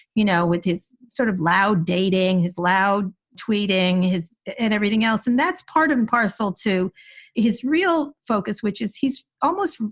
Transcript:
you know, with his sort of loud dating, his loud tweeting, his and everything else. and that's part and parcel to his real focus, which is he's almost,